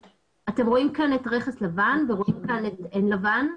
אתם רואים כאן את רכס לבן ורואים כאן את עין לבן.